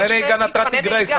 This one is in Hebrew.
--- למבחני נהיגה נתתי "גרייס",